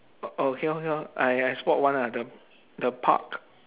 oh okay okay lor I I spot one ah the the park